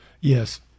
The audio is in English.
Yes